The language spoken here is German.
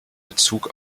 bezug